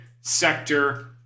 sector